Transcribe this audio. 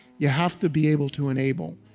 you have to be able to enable.